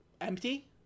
empty